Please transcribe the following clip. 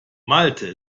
malte